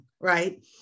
right